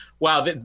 Wow